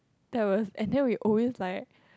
that's was and then we always like